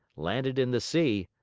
landed in the sea,